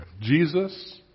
Jesus